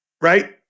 Right